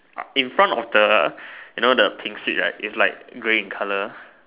in front of the you know the pink seat right it's grey in color